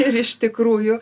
ir iš tikrųjų